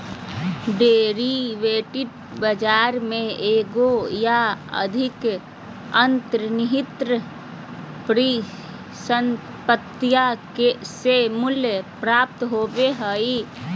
derivative बाजार में एगो या अधिक अंतर्निहित परिसंपत्तियों से मूल्य प्राप्त होबो हइ